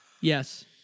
Yes